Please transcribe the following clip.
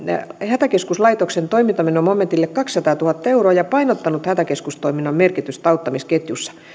hätäkeskuslaitoksen toimintamenomomentille kaksisataatuhatta euroa ja painottanut hätäkeskustoiminnan merkitystä auttamisketjussa